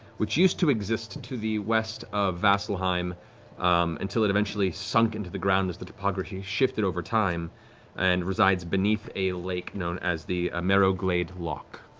which used used to exist to the west of vasselheim until it eventually sunk into the ground as the topography shifted over time and resides beneath a lake known as the marrowglade loch.